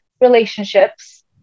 relationships